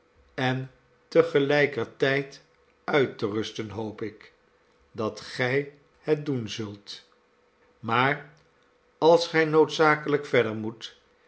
en te gelijker tijd uit te rusten hoop ik dat gij het doen zult maar als gij noodzakelijk verder moet